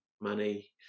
money